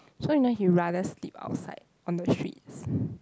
so you know he rather sleep outside on the streets